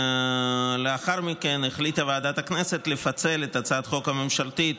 לאחר מכן החליטה ועדת הכנסת לפצל את הצעת החוק הממשלתית